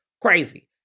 Crazy